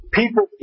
people